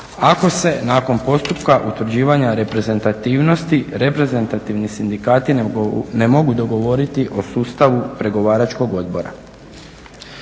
ako se nakon postupka utvrđivanja reprezentativnosti reprezentativni sindikati ne mogu dogovoriti o sustavu pregovaračkog odbora.